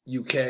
UK